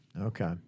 Okay